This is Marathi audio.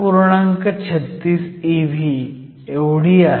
36 eV आहे